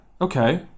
Okay